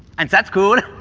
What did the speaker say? and that's cool!